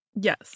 Yes